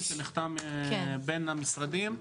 אני נציג החקלאים למעשה, הרפתנים.